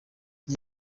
iyi